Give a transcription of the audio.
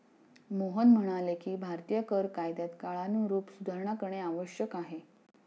मोहन म्हणाले की भारतीय कर कायद्यात काळानुरूप सुधारणा करणे आवश्यक आहे